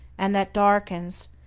and that darkens,